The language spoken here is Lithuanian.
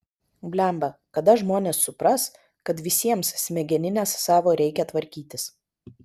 blemba kada žmonės supras kad visiems smegenines savo reikia tvarkytis